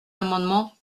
amendement